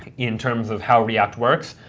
in terms of how react works.